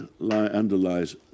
underlies